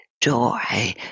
joy